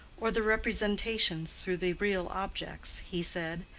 or the representations through the real objects, he said,